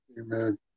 Amen